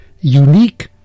Unique